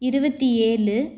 இருபத்தி ஏழு